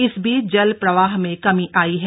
इस बीच जल प्रवाह में कमी आयी है